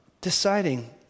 deciding